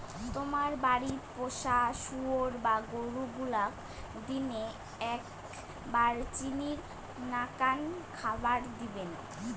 তোমার বাড়িত পোষা শুয়োর বা গরু গুলাক দিনে এ্যাকবার চিনির নাকান খাবার দিবেন